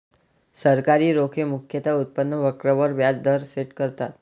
सरकारी रोखे मुख्यतः उत्पन्न वक्र वर व्याज दर सेट करतात